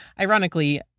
ironically